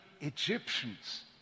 Egyptians